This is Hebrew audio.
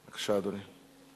בבקשה, אדוני.